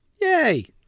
Yay